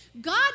God